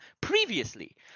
previously